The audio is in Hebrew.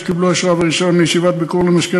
שקיבלו אשרה ורישיון לישיבת ביקור למשקיע